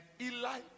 Eli